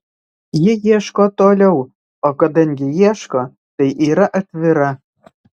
ji ieško toliau o kadangi ieško tai yra atvira